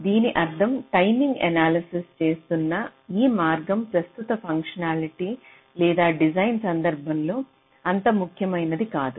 దీని అర్థం timing analysis చేస్తున్న ఈ మార్గం ప్రస్తుత ఫంక్షన్హాల్టీ లేదా డిజైన్ సందర్భంలో అంత ముఖ్యమైనది కాదు